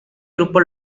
grupo